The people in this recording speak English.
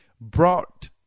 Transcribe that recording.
brought